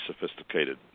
sophisticated